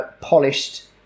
polished